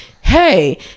hey